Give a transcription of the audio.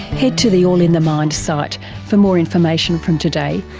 head to the all in the mind site for more information from today,